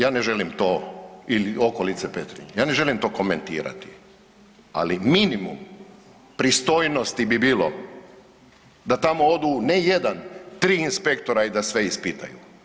Ja ne želim to, ili okolice Petrinje, ja ne želim to komentirati, ali minimum pristojnosti bi bilo da tamo odu ne jedan, tri inspektora i da sve ispitaju.